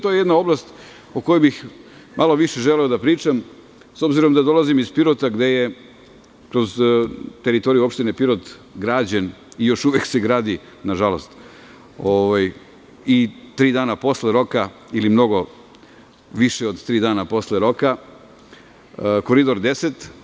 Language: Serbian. To je jedna oblast o kojoj bih želeo malo više da pričam, s obzirom da dolazim iz Pirota, gde je kroz teritoriju opštine Pirot građen i još uvek se gradi, nažalost, i tri dana posle roka ili mnogo više od tri dana posle roka, Koridor 10.